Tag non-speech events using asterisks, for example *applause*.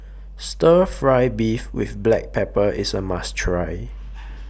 Stir Fry Beef with Black Pepper IS A must Try *noise*